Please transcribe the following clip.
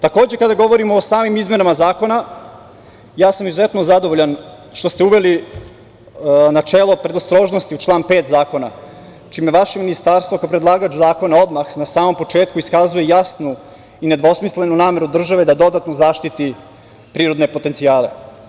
Takođe, kada govorimo o samim izmenama Zakona, ja sam izuzetno zadovoljan što ste uveli načelo predostrožnosti, član 5. Zakona, čime vaše ministarstvo, kao predlagač zakona, odmah na samom početku iskazuje jasnu i nedvosmislenu nameru države da dodatno zaštiti prirodne potencijale.